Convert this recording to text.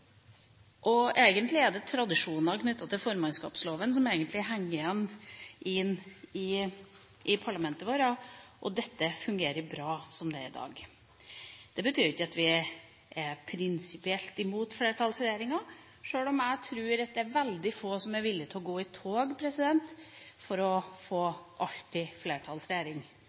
Egentlig er det tradisjoner knyttet til formannskapsloven som henger igjen i parlamentet vårt, og dette fungerer bra slik det er i dag. Det betyr ikke at vi er prinsipielt imot flertallsregjeringer, sjøl om jeg tror at det er veldig få som er villig til å gå i tog for alltid å få flertallsregjering. Jeg tror heller ikke den tida vi nå har hatt med flertallsregjering,